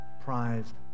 prized